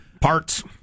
parts